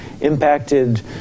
impacted